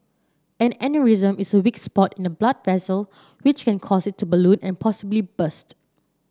an aneurysm is a weak spot in a blood vessel which can cause it to balloon and possibly burst